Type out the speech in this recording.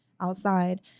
outside